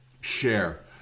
share